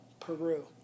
Peru